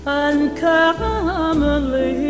uncommonly